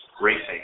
racing